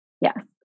Yes